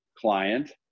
client